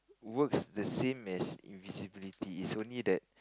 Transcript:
works the same as invisibility it's only that